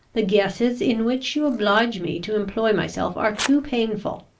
the guesses in which you oblige me to employ myself are too painful.